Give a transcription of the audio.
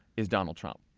is donald trump.